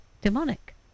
demonic